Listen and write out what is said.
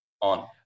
on